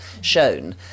shown